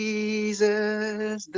Jesus